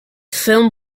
film